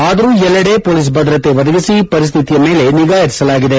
ಆದರೂ ಎಲ್ಲೆಡೆ ಪೊಲೀಸ್ ಭದ್ರತೆ ಒದಗಿಸಿ ಪರಿಸ್ಥಿತಿಯ ಮೇಲೆ ನಿಗಾ ಇಡಲಾಗಿದೆ